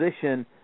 position